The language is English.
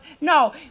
no